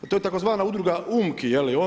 To je tzv. udruga UMKI.